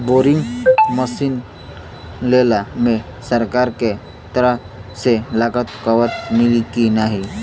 Boring machine लेला मे सरकार के तरफ से लागत कवर मिली की नाही?